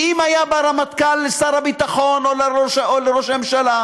אם היה בא רמטכ"ל לשר הביטחון או לראש הממשלה